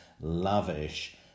lavish